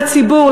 לציבור,